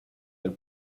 del